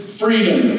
freedom